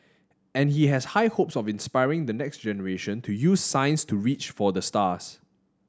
and he has high hopes of inspiring the next generation to use science to reach for the stars